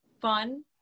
Fun